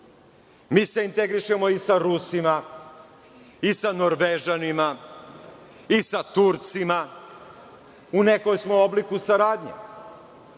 Mi se integrišemo i sa Rusima i sa Norvežanima i sa Turcima, u nekom smo obliku saradnje.